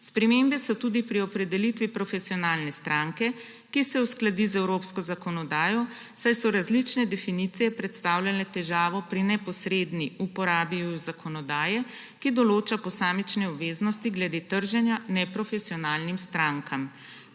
Spremembe so tudi pri opredelitvi profesionalne stranke, ki se uskladi z evropsko zakonodajo, saj so različne definicije predstavljale težavo pri neposredni uporabi EU-zakonodaje, ki določa posamične obveznosti glede trženja neprofesionalnim strankam.